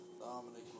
Dominic